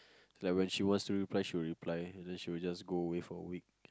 like when she wants to reply she will reply and then she will just go away for a week